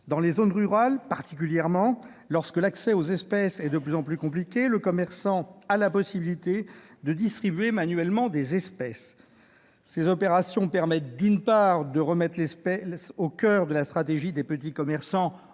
Dans les zones rurales, particulièrement, lorsque l'accès aux espèces est de plus en plus compliqué, le commerçant a la possibilité de distribuer manuellement des espèces. Ces opérations permettent, d'une part, de remettre les espèces au coeur de la stratégie des petits commerçants,